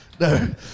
No